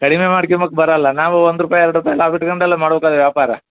ಕಡಿಮೆ ಮಾಡ್ಕ್ಯಂಬುಕ್ ಬರೋಲ್ಲ ನಾವು ಒಂದು ರೂಪಾಯಿ ಎರಡು ರೂಪಾಯಿ ಲಾಭ ಇಟ್ಕೊಂಡೆಲ್ಲ ಮಾಡ್ಬೇಕಲ್ವ ವ್ಯಾಪಾರ